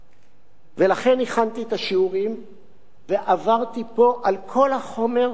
ולכן הכנתי את השיעורים ועברתי פה על כל החומר.